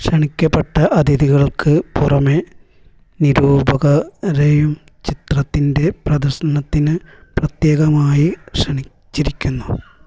ക്ഷണിക്കപ്പെട്ട അതിഥികൾക്ക് പുറമേ നിരൂപകരെയും ചിത്രത്തിന്റെ പ്രദർശനത്തിന് പ്രത്യേകമായി ക്ഷണിച്ചിരുന്നു